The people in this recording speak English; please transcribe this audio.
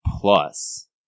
plus